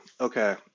okay